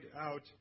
out